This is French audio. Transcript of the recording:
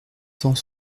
cent